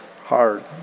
hard